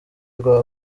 rwa